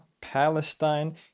Palestine